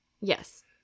Yes